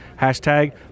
Hashtag